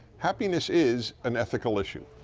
happiness is an ethical issue.